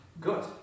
Good